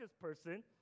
person